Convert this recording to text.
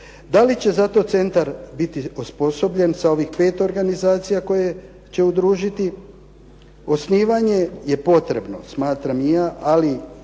Da li će zato centar biti osposobljen sa ovih 5 organizacija koje će udružiti. Osnivanje je potrebno smatram i ja, ali